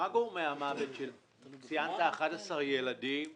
ציינת 11 ילדים שנספו.